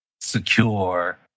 secure